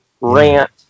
rant